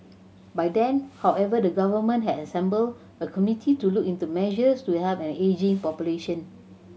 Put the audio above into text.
by then however the government had assembled a committee to look into measures to help an ageing population